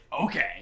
Okay